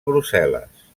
brussel·les